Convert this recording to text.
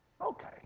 Okay